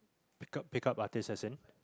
pick up pick up artist as in